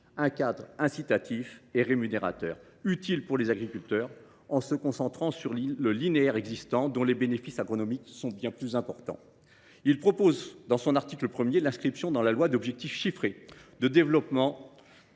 un cadre incitatif et rémunérateur, utile pour les agriculteurs, qui se concentre sur le linéaire existant, dont les bénéfices agronomiques sont bien plus importants. Ainsi, l’article 1 prévoit l’inscription dans la loi d’objectifs chiffrés en matière de développement